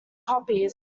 copies